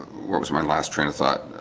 what was my last train of thought